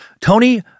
Tony